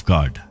God